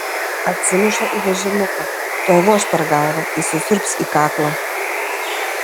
atsimuša į vežimuką tuoj voš per galvą įsisiurbs į kaklą